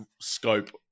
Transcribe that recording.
scope